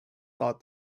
thought